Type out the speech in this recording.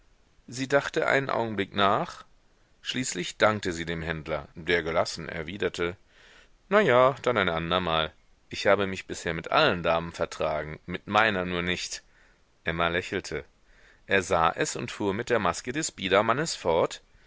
sie dachte einen augenblick nach schließlich dankte sie dem händler der gelassen erwiderte na ja dann ein andermal ich habe mich bisher mit allen damen vertragen mit meiner nur nicht emma lächelte er sah es und fuhr mit der maske des biedermannes fort